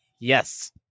Yes